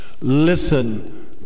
Listen